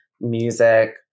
music